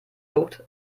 guckt